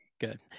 Good